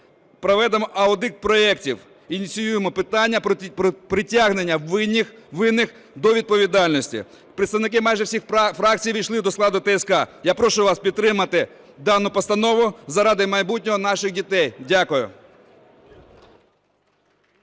проведемо аудит проектів, ініціюємо питання притягнення винних до відповідальності. Представники майже всіх фракцій ввійшли до складу ТСК. Я прошу вас підтримати дану постанову заради майбутнього наших дітей. Дякую.